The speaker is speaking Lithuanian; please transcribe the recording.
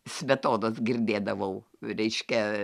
smetonos girdėdavau reiškia